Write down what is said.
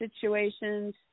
situations